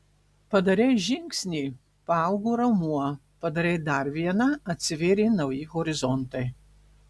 padarei žingsnį paaugo raumuo padarei dar vieną atsivėrė nauji horizontai